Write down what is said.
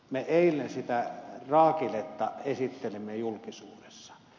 me eilen sitä raakiletta esittelimme julkisuudessa